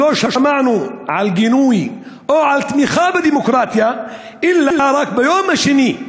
כי לא שמענו גינוי או תמיכה בדמוקרטיה אלא רק ביום השני,